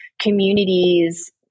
communities